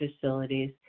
facilities